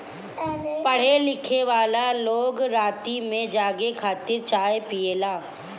पढ़े लिखेवाला लोग राती में जागे खातिर चाय पियेला